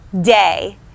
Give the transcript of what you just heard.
day